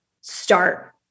start